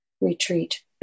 retreat